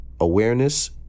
awareness